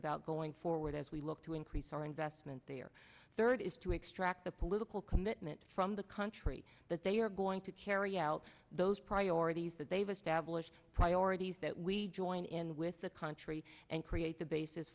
about going forward as we look to increase our investment there third is to extract the political commitment from the country that they are going to carry out those priorities that they've established priorities that we join in with the country and create the basis